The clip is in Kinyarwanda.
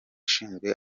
ushinzwe